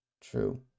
True